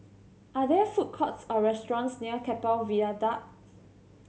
are there food courts or restaurants near Keppel Viaduct